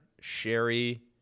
Sherry